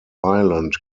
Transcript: island